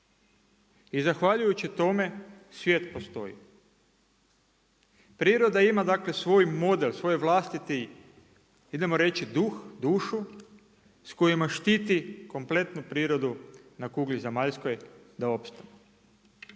I zahvaljujući tome, svijet postoji. Priroda ima dakle svoj, model, svoj vlastit idemo reći duh, dušu, s kojima štiti kompletu prirodu na kugli zemaljskoj da opstane.